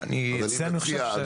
אני מציע,